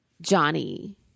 Johnny